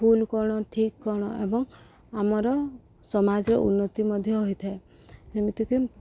ଭୁଲ କ'ଣ ଠିକ୍ କ'ଣ ଏବଂ ଆମର ସମାଜର ଉନ୍ନତି ମଧ୍ୟ ହୋଇଥାଏ ଏମିତିକି